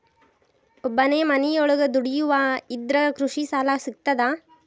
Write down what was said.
ಒಬ್ಬನೇ ಮನಿಯೊಳಗ ದುಡಿಯುವಾ ಇದ್ರ ಕೃಷಿ ಸಾಲಾ ಸಿಗ್ತದಾ?